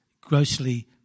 grossly